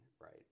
Right